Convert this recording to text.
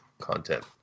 content